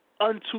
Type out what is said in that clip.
Unto